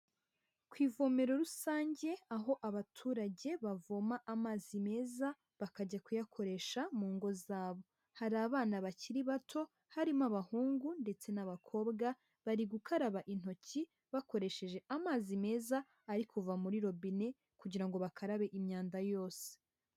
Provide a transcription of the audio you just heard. Uu ivomero rusange aho abaturage bavoma amazi meza bakajya kuyakoresha mu ngo zabo, hari abana bakiri bato harimo abahungu ndetse n'abakobwa bari gukaraba intoki bakoresheje amazi meza ari kuva muri robine kugira bakarabe imyanda yose.